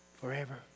forever